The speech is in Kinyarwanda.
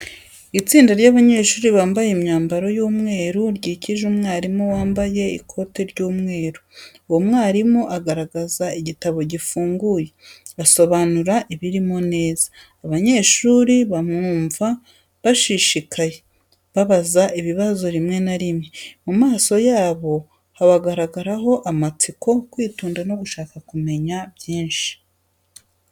Itsinda ry’abanyeshuri bambaye imyambaro y’umweru ryikije umwarimu wambaye ikoti ry’umweru. Uwo mwarimu agaragaza igitabo gifunguye, asobanura ibirimo neza. Abanyeshuri bamwumva bashishikaye, babaza ibibazo rimwe na rimwe, mu maso habagaragaraho amatsiko, kwitonda no gushaka kumenya byinshi.